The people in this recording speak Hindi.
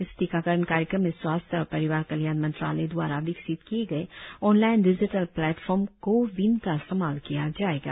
इस टीकाकरण कार्यक्रम में स्वास्थ्य और परिवार कल्याण मंत्रालय द्वारा विकसित किए गए online digital platform CoWIN का इस्तेमाल किया जाएगा